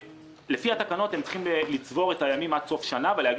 לפי התקנות הם צריכים לצבור את הימים עד סוף שנה ולהגיש